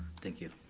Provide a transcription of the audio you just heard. thank you.